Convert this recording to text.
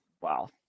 Wow